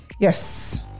Yes